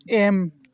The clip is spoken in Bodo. एम